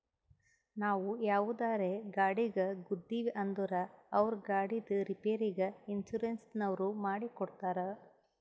ನಾವು ಯಾವುದರೇ ಗಾಡಿಗ್ ಗುದ್ದಿವ್ ಅಂದುರ್ ಅವ್ರ ಗಾಡಿದ್ ರಿಪೇರಿಗ್ ಇನ್ಸೂರೆನ್ಸನವ್ರು ಮಾಡಿ ಕೊಡ್ತಾರ್